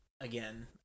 again